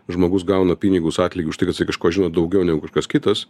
žmogus gauna pinigus atlygį už tai kad jisai kažko žino daugiau negu kažkas kitas